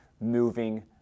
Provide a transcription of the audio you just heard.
Moving